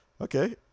okay